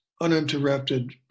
uninterrupted